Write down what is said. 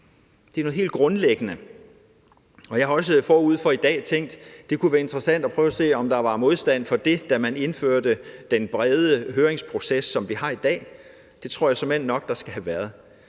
Det er noget helt grundlæggende. Og jeg har også forud for i dag tænkt: Det kunne være interessant at prøve at se, om der var modstand mod det, da man indførte den brede høringsproces, som vi har i dag. Det tror jeg såmænd nok der skal have været.